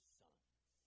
sons